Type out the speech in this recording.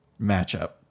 matchup